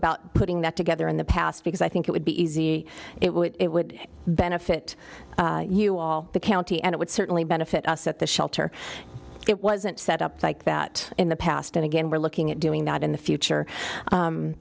about putting that together in the past because i think it would be easy it would benefit you all the county and it would certainly benefit us at the shelter it wasn't set up like that in the past and again we're looking at doing that in the future